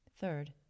Third